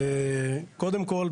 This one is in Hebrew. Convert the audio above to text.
קודם כל,